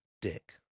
dick